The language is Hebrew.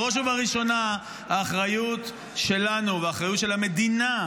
בראש ובראשונה האחריות שלנו והאחריות של המדינה,